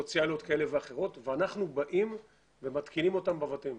סוציאליות כאלה ואחרות ואנחנו באים ומתקינים אותם בבתים.